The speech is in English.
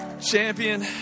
champion